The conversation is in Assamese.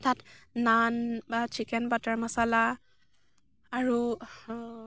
তাত নান বা চিকেন বাটাৰ মচলা আৰু